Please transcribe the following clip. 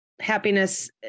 Happiness